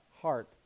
heart